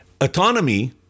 Autonomy